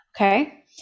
Okay